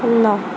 শূন্য